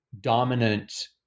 dominant